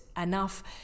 enough